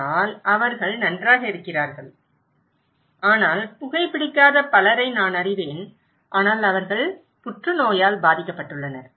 ஆனால் அவர்கள் நன்றாக இருக்கிறார்கள் ஆனால் புகைபிடிக்காத பலரை நான் அறிவேன் ஆனால் அவர்கள் புற்றுநோயால் பாதிக்கப்பட்டுள்ளனர்